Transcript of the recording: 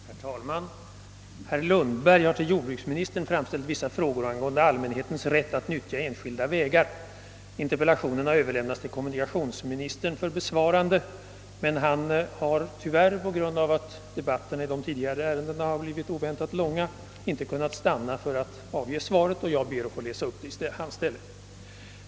Herr talman! Herr Lundberg har till jordbruksministern framställt vissa frågor angående allmänhetens rätt att nyttja enskild väg. Interpellationen har överlämnats till kommunikationsministern för besvarande, men han har tyvärr, på grund av att debatterna i de tidigare ärendena blivit ovanligt långa, inte kunnat stanna för att avge svaret, och jag ber att i hans ställe få läsa upp det.